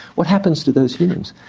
what happens to those humans?